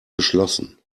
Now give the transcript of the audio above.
geschlossen